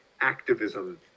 activism